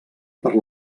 per